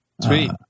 Sweet